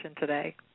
today